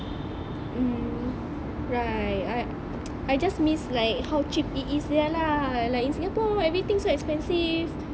mm right I I just miss like how cheap it is there lah like in singapore everything so expensive